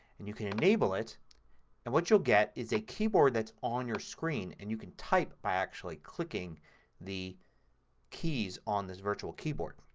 and you can enable it and what you'll get is a keyboard that's on your screen and you can type by actually clicking the keys on this virtual keyboard.